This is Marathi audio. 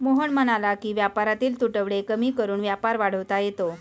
मोहन म्हणाला की व्यापारातील तुटवडे कमी करून व्यापार वाढवता येतो